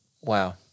Wow